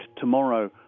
tomorrow